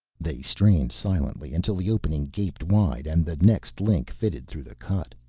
they strained silently until the opening gaped wide and the next link fitted through the cut.